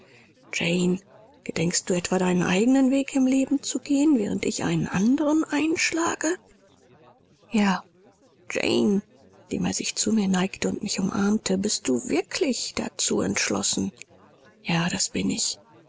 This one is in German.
jane gedenkst du etwa deinen eigenen weg im leben zu gehen während ich einen anderen einschlage ja jane indem er sich zu mir neigte und mich umarmte bist du wirklich dazu entschlossen ja das bin ich